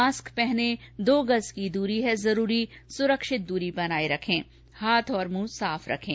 mask पहनें दो गज़ की दूरी है जरूरी सुरक्षित दूरी बनाए रखें हाथ और मुंह साफ रखें